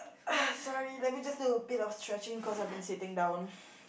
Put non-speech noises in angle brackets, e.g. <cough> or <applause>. <noise> sorry let me just do a bit of stretching because I've been sitting down